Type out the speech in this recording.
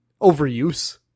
overuse